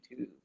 youtube